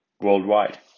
worldwide